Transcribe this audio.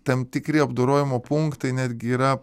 tam tikri apdorojimo punkatai netgi yra